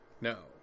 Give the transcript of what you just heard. No